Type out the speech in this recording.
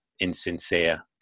insincere